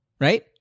right